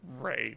right